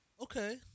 okay